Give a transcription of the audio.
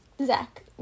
Zach